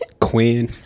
Quinn